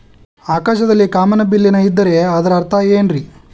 ಆಕಾಶದಲ್ಲಿ ಕಾಮನಬಿಲ್ಲಿನ ಇದ್ದರೆ ಅದರ ಅರ್ಥ ಏನ್ ರಿ?